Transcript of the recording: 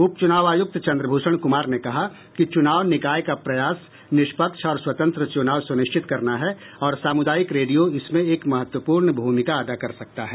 उपच्रनाव आयुक्त चंद्रभूषण कुमार ने कहा कि चुनाव निकाय का प्रयास निष्पक्ष और स्वतंत्र चुनाव सुनिश्चित करना है और सामुदायिक रेडियो इसमें एक महत्वपूर्ण भूमिका अदा कर सकता है